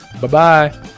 bye-bye